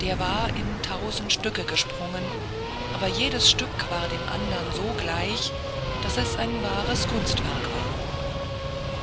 der war in tausend stücke gesprungen aber jedes stück war dem andern so gleich daß es ein wahres kunstwerk war